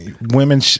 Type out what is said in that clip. women